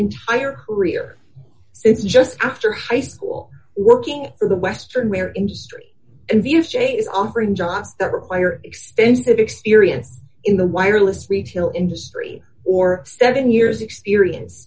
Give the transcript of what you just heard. entire career since just after high school working for the western wear industry and your chain is offering jobs that require extensive experience in the wireless retail industry or seven years experience